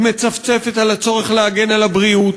היא מצפצפת על הצורך להגן על הבריאות.